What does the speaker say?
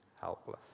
helpless